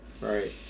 Right